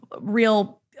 real